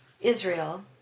Israel